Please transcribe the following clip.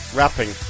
rapping